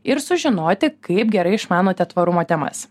ir sužinoti kaip gerai išmanote tvarumo temas